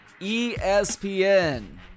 ESPN